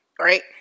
right